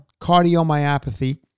cardiomyopathy